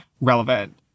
Relevant